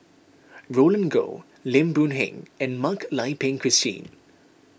Roland Goh Lim Boon Heng and Mak Lai Peng Christine